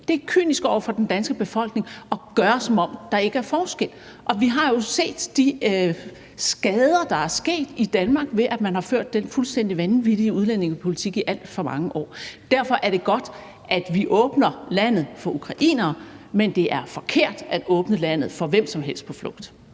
Det er kynisk over for den danske befolkning at lade, som om der ikke er forskel. Og vi har set de skader, der er sket i Danmark, ved at man har ført den fuldstændig vanvittige udlændingepolitik i alt for mange år. Derfor er det godt, at vi åbner landet for ukrainere, men det er forkert at åbne landet for hvem som helst på flugt.